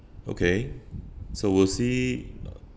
okay so we'll see uh